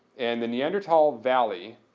and the neanderthal valley,